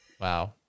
Wow